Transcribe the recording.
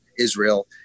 Israel